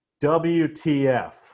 WTF